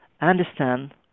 understand